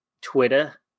Twitter